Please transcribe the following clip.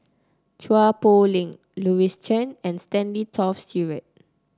Chua Poh Leng Louis Chen and Stanley Toft Stewart